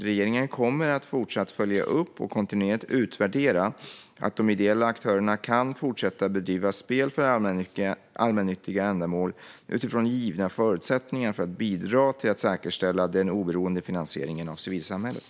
Regeringen kommer att fortsatt följa upp och kontinuerligt utvärdera att de ideella aktörerna kan fortsätta bedriva spel för allmännyttiga ändamål utifrån givna förutsättningar för att bidra till att säkerställa den oberoende finansieringen av civilsamhället.